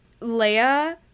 Leia